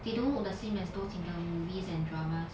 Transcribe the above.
they don't look the same as those in the movies and dramas